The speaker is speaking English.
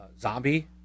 Zombie